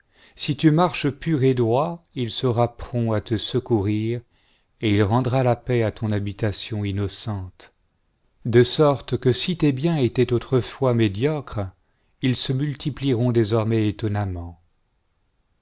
si tu marches pur et droit il sera prompt à te secourir et il rendra la paix à ton habitation innocente de sorte que si tes biens étaient autrefois médiocres ils se multiplieront désormais étonnamment